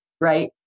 right